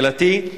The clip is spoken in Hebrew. שאלתי,